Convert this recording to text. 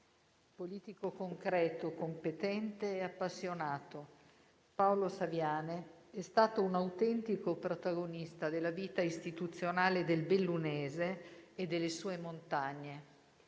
politico concreto, competente e appassionato. Paolo Saviane è stato un autentico protagonista della vita istituzionale del Bellunese e delle sue montagne,